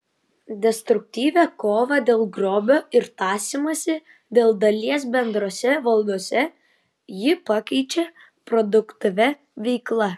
destruktyvią kovą dėl grobio ir tąsymąsi dėl dalies bendrose valdose ji pakeičia produktyvia veikla